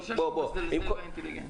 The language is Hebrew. הוא מזלזל באינטליגנציה.